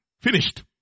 finished